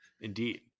Indeed